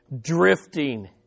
Drifting